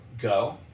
go